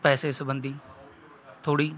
ਪੈਸੇ ਸਬੰਧੀ ਥੋੜ੍ਹੀ